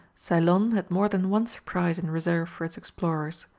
ceylon had more than one surprise in reserve for its explorers.